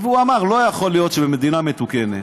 הוא אמר: לא יכול להיות שבמדינה מתוקנת,